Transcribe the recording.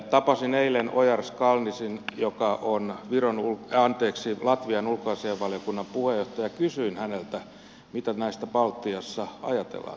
tapasin eilen ojars kalninin joka on latvian ulkoasiainvaliokunnan puheenjohtaja ja kysyin häneltä mitä tästä baltiassa ajatellaan